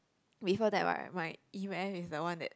before that right my e-math is the one that